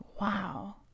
Wow